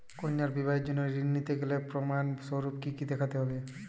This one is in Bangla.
কন্যার বিবাহের জন্য ঋণ নিতে গেলে প্রমাণ স্বরূপ কী কী দেখাতে হবে?